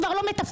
כבר לא מתפקדת,